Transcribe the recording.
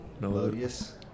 Melodious